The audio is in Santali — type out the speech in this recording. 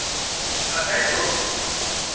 ᱥᱟᱭᱤᱡ ᱠᱚ